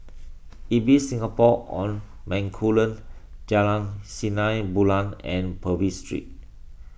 Ibis Singapore on Bencoolen Jalan Sinar Bulan and Purvis Street